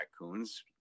raccoons